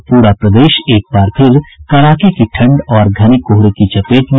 और पूरा प्रदेश एक बार फिर कड़ाके की ठंड और घने कोहरे की चपेट में